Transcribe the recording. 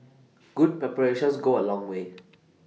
good preparations go A long way